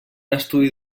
estudi